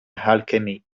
alchemy